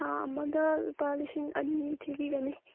ꯊꯥ ꯑꯃꯗ ꯂꯨꯄꯥ ꯂꯤꯁꯤꯡ ꯑꯅꯤ ꯊꯤꯕꯤꯒꯅꯤ